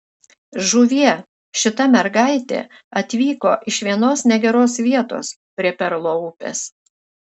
žuvie šita mergaitė atvyko iš vienos negeros vietos prie perlo upės